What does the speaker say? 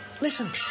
listen